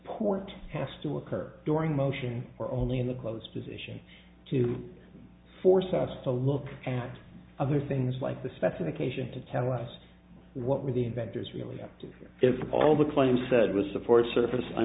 point has to occur during motion or only in the closed position to force us to look at other things like the specification to tell us what were the inventors really up to if all the claims said was support surface i